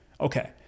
Okay